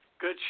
good